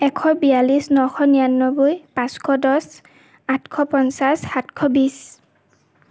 এশ বিয়াল্লিছ নশ নিৰানব্বৈ পাঁচশ দহ আঠশ পঞ্চাছ সাতশ বিছ